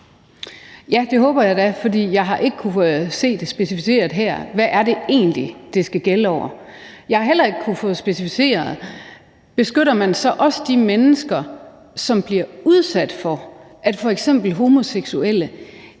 Ja, det håber jeg da, for jeg har ikke kunnet se specificeret her, hvad det egentlig er, det skal gælde over. Jeg har heller ikke kunnet få specificeret, om man så også beskytter de mennesker, som bliver udsat for, at f.eks. homoseksuelle